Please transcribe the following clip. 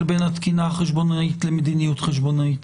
בין התקינה החשבונאית למדיניות חשבונאית.